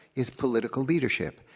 is political leadership.